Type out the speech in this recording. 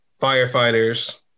firefighters